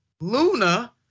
Luna